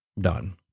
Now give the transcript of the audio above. done